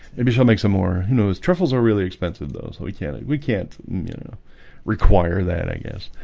maybe she'll make some more you know as truffles are really expensive though, so we can't we can't you know require that i guess,